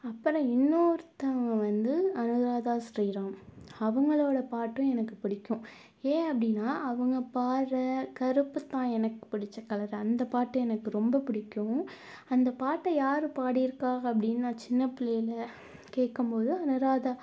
அப்புறம் இன்னொருத்தவங்க வந்து அனுராதா ஸ்ரீராம் அவங்களோட பாட்டும் எனக்கு பிடிக்கும் ஏன் அப்படினா அவங்க பாடுற கருப்பு தான் எனக்கு பிடிச்ச கலரு அந்த பாட்டு எனக்கு ரொம்ப பிடிக்கும் அந்த பாட்டை யார் பாடிருக்காங்க அப்படினு நான் சின்ன பிள்ளையில கேட்கும் போது அனுராதா